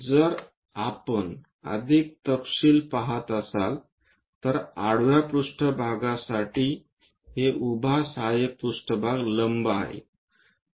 जर आपण अधिक तपशील पहात असाल तर आडवा पृष्ठभागा साठी हे उभा सहाय्यक पृष्ठभाग लंब आहे